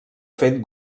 fet